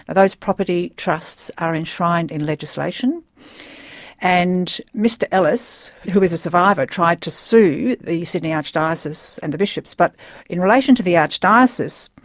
ah those property trusts are enshrined in legislation and mr ellis, who is a survivor, tried to sue the sydney archdiocese and the bishops. but in relation to the archdiocese,